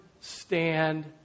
stand